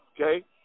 Okay